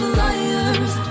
liars